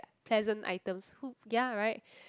pleasant items who ya right